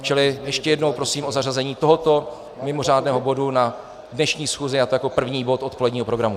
Čili ještě jednou prosím o zařazení tohoto mimořádného bodu na dnešní schůzi, a to jako první bod odpoledního programu.